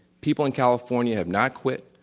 people in california have not quit,